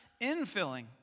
infilling